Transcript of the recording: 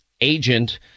agent